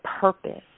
purpose